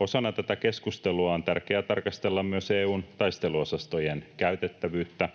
Osana tätä keskustelua on tärkeää tarkastella myös EU:n taisteluosastojen käytettävyyttä.